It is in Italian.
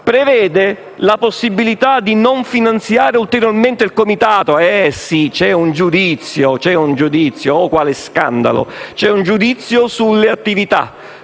prevede la possibilità di non finanziare ulteriormente il comitato. E sì, c'è un giudizio: oh quale scandalo! C'è un giudizio sulle attività,